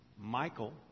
Michael